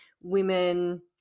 women